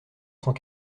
cent